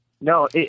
No